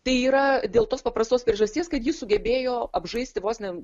tai yra dėl tos paprastos priežasties kad ji sugebėjo apžaisti vos ne